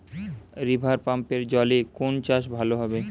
রিভারপাম্পের জলে কোন চাষ ভালো হবে?